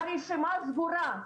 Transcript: הרשימה סגורה.